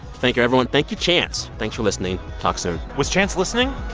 thank you, everyone. thank you, chance. thanks for listening. talk soon was chance listening?